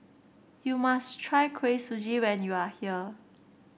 you must try Kuih Suji when you are here